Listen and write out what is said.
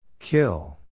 Kill